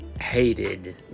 Hated